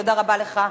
תודה רבה לך.